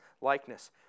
likeness